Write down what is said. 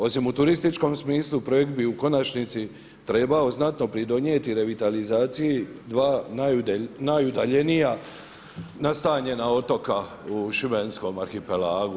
Osim u turističkom smislu projekt bi u konačnici trebao znatno pridonijeti revitalizaciji dva najudaljenija nastanjena otoka u šibenskom arhipelagu.